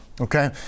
Okay